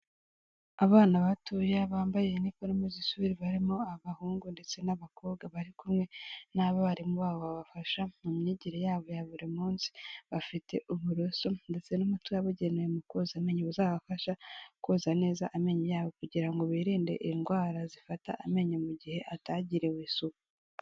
Abana batoya bambaye uniforme z'ishuri barimo abahungu ndetse n'abakobwa bari kumwe n'abarimu babo babafasha mu myigire yabo ya buri munsi bafite uburoso ndetse n'amati yabagenewe mu koza amenyo uzabafasha koza neza amenyo yabo kugira ngo birinde indwara zifata amenyo mu gihe atagiriwe isuku.